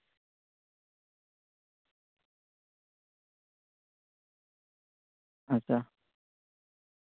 ᱟᱪᱪᱷᱟ